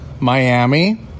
Miami